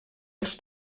els